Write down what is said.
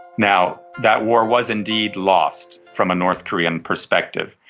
now, that war was indeed lost from a north korean perspective.